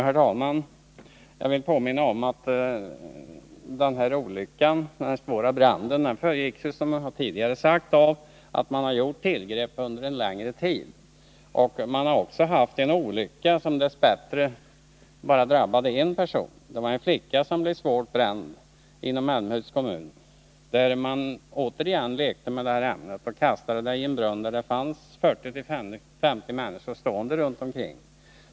Herr talman! Jag vill upprepa att den svåra branden i Älmhult föregicks av tillgrepp under en längre tid. Det har också tidigare inträffat en olycka i Älmhults kommun. Man lekte med det här ämnet och kastade det i en brunn. 40-50 människor fanns stående runt omkring.